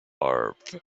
earth